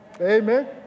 Amen